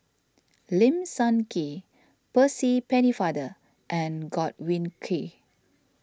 Lim Sun Gee Percy Pennefather and Godwin Koay